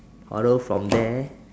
although from there